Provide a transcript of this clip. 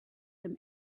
him